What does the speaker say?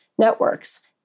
networks